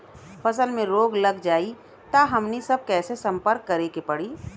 फसल में रोग लग जाई त हमनी सब कैसे संपर्क करें के पड़ी?